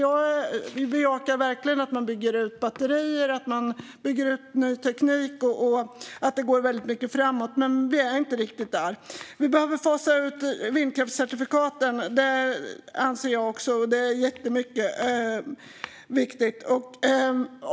Vi bejakar verkligen att man bygger ut batterier och ny teknik, att det går väldigt mycket framåt. Men vi är inte riktigt där. Vi behöver fasa ut vindkraftscertifikaten. Det anser jag också. Det är jätteviktigt.